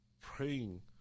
praying